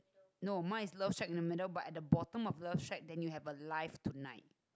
no mine is love shack in the middle but at the bottom of love shack then you have a life tonight